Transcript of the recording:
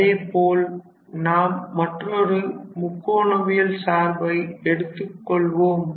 அதேபோல் நாம் மற்றொரு முக்கோணவியல் சார்பை எடுத்துக் கொள்வோம்